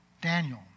Daniel